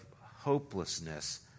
hopelessness